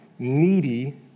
Needy